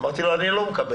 אמרתי לו: אני לא מקבל.